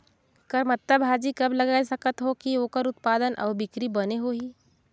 करमत्ता भाजी कब लगाय सकत हो कि ओकर उत्पादन अउ बिक्री बने होही?